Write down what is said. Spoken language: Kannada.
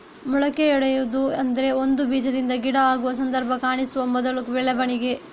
ಮೊಳಕೆಯೊಡೆಯುವುದು ಅಂದ್ರೆ ಒಂದು ಬೀಜದಿಂದ ಗಿಡ ಆಗುವ ಸಂದರ್ಭ ಕಾಣಿಸುವ ಮೊದಲ ಬೆಳವಣಿಗೆ